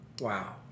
Wow